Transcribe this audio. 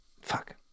Fuck